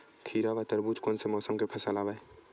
खीरा व तरबुज कोन से मौसम के फसल आवेय?